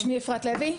שמי אפרת לוי.